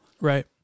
Right